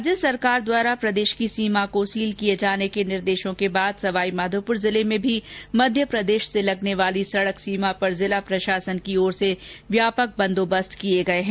राज्य सरकार द्वारा प्रदेश की सीमा को सील किए जाने के निर्देशों के बाद सवाईमाधोपुर जिले में भी मध्यप्रदेश से लगने वाली सड़क सीमा पर जिला प्रशासन की ओर से व्यापक बंदोबस्त किए गए हैं